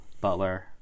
Butler